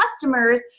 customers